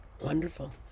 Wonderful